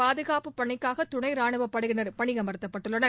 பாதுகாப்பு பணிக்காக துணை ராணுவப்படையினர் பணியமர்த்தப்பட்டுள்ளனர்